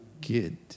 kid